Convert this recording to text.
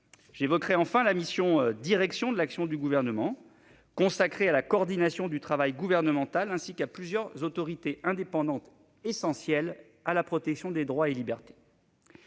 j'évoquerai la mission « Direction de l'action du Gouvernement », consacrée à la coordination du travail gouvernemental, ainsi qu'à plusieurs autorités indépendantes essentielles à la protection des droits et libertés.